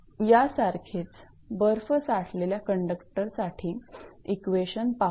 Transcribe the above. यासारखे बर्फ साठलेल्या कंडक्टरसाठी इक्वेशन पाहूया